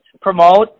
promote